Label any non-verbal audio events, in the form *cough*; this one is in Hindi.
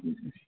*unintelligible*